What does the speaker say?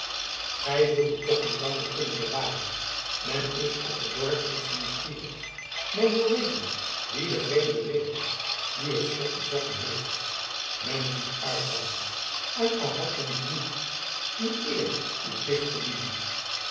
gij zult die toch niet lang meer kunnen bewaren men is op het dorp reeds nieuwsgierig men wil weten wie de vreemde ridder is die het slot betrokken heeft men voedt argwaan en al had men dien niet uw eer uw plicht gebieden